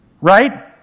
right